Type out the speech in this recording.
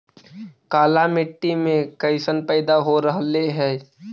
काला मिट्टी मे कैसन पैदा हो रहले है?